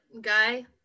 guy